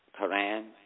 Quran